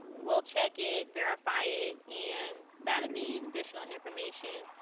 we'll check it, verify it and that would be additional information,